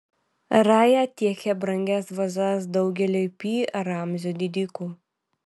raja tiekė brangias vazas daugeliui pi ramzio didikų